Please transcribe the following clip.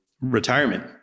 retirement